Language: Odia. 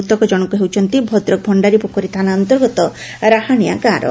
ମୃତକଜଶଙ୍କ ହେଉଛନ୍ତି ଭଦ୍ରକ ଭଣ୍ତାରୀପୋଖରୀ ଥାନା ଅନ୍ତର୍ଗତ ରାହାଶିଆ ଗାଁର